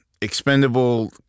expendable